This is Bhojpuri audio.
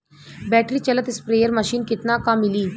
बैटरी चलत स्प्रेयर मशीन कितना क मिली?